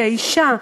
כאישה,